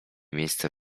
miejsce